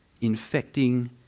infecting